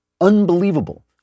unbelievable